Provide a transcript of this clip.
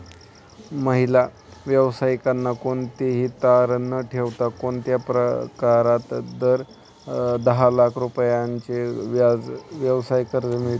महिला व्यावसायिकांना कोणतेही तारण न ठेवता कोणत्या प्रकारात दहा लाख रुपयांपर्यंतचे व्यवसाय कर्ज मिळतो?